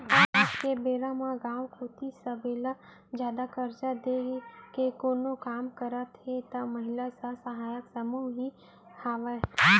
आज के बेरा म गाँव कोती सबले जादा करजा देय के कोनो काम करत हे त महिला स्व सहायता समूह ही हावय